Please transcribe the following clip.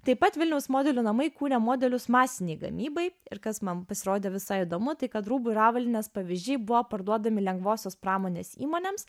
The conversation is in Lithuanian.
taip pat vilniaus modelių namai kūrė modelius masinei gamybai ir kas man pasirodė visai įdomu tai kad rūbų ir avalynės pavyzdžiai buvo parduodami lengvosios pramonės įmonėms